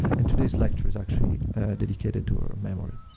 and today's lecture is actually dedicated to her memory.